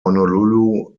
honolulu